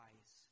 eyes